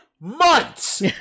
months